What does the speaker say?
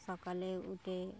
সকালে উঠে